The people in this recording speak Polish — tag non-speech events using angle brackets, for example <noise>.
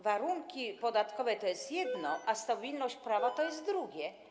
Warunki podatkowe to jest jedno, <noise> a stabilność prawa to drugie.